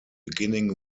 beginning